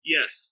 Yes